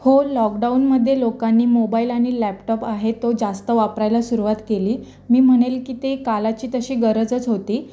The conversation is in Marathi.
हो लॉकडाऊनमध्ये लोकांनी मोबाईल आणि लॅपटॉप आहे तो जास्त वापरायला सुरुवात केली मी म्हणेल की ते काळाची तशी गरजच होती